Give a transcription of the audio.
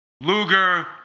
Luger